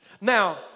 Now